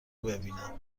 ببینم